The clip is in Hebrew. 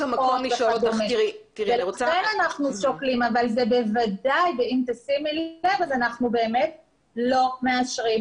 לכן אנחנו שוקלים אבל אנחנו באמת לא מאשרים